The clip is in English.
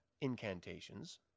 incantations